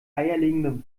eierlegende